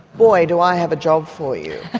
boy do i have a job for you.